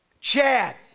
Chad